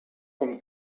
com